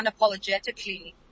unapologetically